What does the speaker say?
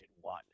one